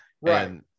Right